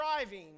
driving